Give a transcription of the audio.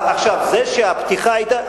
זה שהפתיחה היתה,